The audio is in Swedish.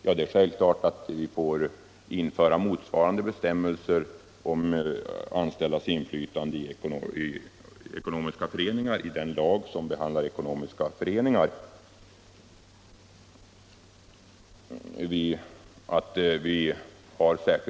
Ja, det är självklart att vi även får införa motsvarande bestämmelser om de anställdas inflytande i ekonomiska föreningar i den lag som behandlar dessa.